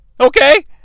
Okay